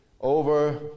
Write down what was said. Over